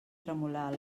tremolar